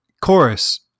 chorus